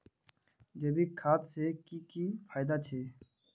जैविक खाद से की की फायदा छे?